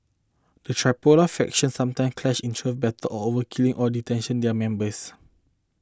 the Tripoli factions sometime clash in turf battle or over killing or detention their members